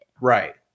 Right